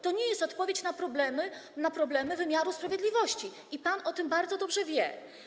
To nie jest odpowiedź na problemy wymiaru sprawiedliwości i pan o tym bardzo dobrze wie.